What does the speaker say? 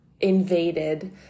invaded